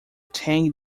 tang